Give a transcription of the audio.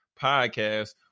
podcast